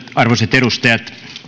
arvoisat edustajat